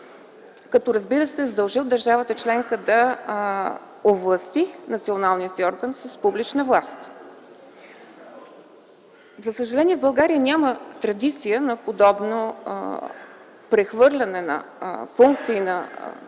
като, разбира се, е задължил държавата членка да овласти националния си орган с публична власт. За съжаление, в България няма традиция на подобно прехвърляне на функции на овластяване